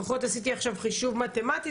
לפחות עשיתי עכשיו חישוב מתמטי.